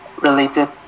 related